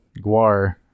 Guar